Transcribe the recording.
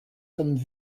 sommes